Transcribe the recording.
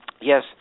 Yes